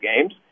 games